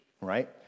right